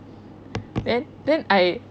then then I